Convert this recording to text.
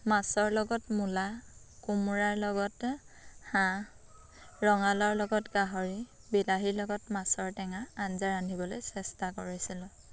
মাছৰ লগত মূলা কোমোৰাৰ লগত হাঁহ ৰঙালাওৰ লগত গাহৰি বিলাহীৰ লগত মাছৰ টেঙা আঞ্জা ৰান্ধিবলৈ চেষ্টা কৰিছিলোঁ